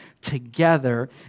together